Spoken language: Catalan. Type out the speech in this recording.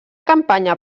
campanya